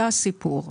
זה הסיפור.